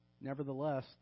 Nevertheless